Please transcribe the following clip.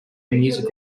musical